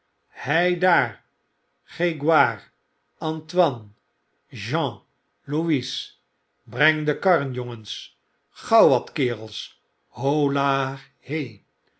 heidaar gregoire antoine jean louis brengt de karren jongens gauw wat kerels hola he